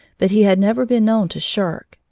but he had never been known to shirk,